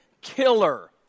killer